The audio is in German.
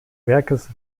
werkes